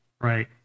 Right